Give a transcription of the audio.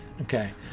Okay